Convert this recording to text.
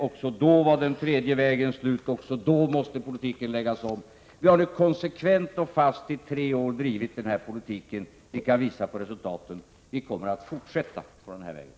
Också då var den tredje vägen slut, också då måste politiken läggas om. Vi har nu konsekvent och fast i tre år drivit den här politiken. Vi kan visa på resultaten, och vi kommer att fortsätta på den här vägen.